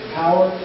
power